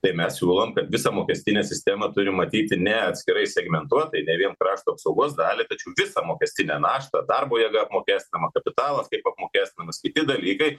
tai mes siūlom visą mokestinę sistemą turim matyti ne atskirai segmentuotai ne vien krašto apsaugos dalį tačiau visą mokestinę naštą darbo jėga apmokestinama kapitalas kaip apmokestinamas kiti dalykai